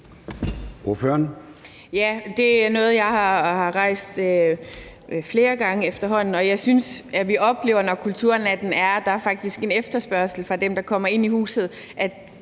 det er noget, jeg har rejst flere gange efterhånden, og jeg synes, at vi oplever, når der er kulturnat, at der faktisk er en efterspørgsel fra dem, der kommer ind i huset: